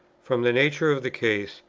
from the nature of the case,